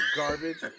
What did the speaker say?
garbage